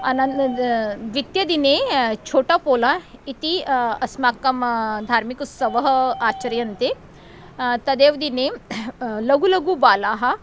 अनन् द्वितीयदिने छोटापोला इति अस्माकं धार्मिकोत्सवः आचर्यते तदेव दिने लघु लघु बालाः